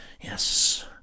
yes